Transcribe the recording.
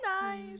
nice